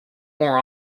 more